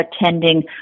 attending